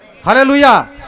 Hallelujah